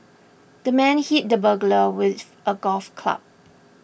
the man hit the burglar with a golf club